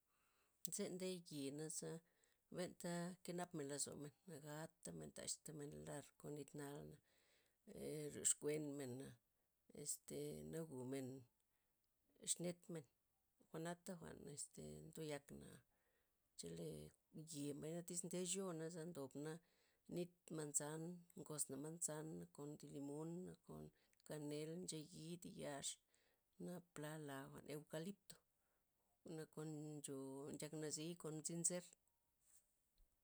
Tzee nde ye naza benta' kenapmen lozomen nagatamen, taxtamen lar kon nit nalna, ee- ryox kuenmena', este nagumen xnetmen jwa'nata' jwa'n este ndoyakna, chelee ye mbay tyzde choo' naza ndobna' nit manzan gosna manzan nakon thi limonn, nakon kanel, ncheyid, yax na pla la jwa'n eukalipto, nakon ncho' nchak nazii' kon mzyn zer.